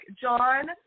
John